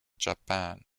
japan